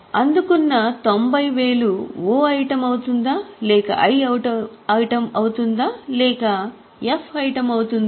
అందుకున్న 90000 O item అవుతుందా లేక I ఐటమ్ అవుతుందా లేక F ఐటమ్ అవుతుందా